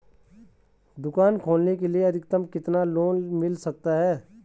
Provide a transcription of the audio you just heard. दुकान खोलने के लिए अधिकतम कितना लोन मिल सकता है?